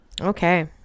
okay